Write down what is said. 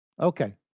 Okay